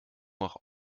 auch